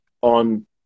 on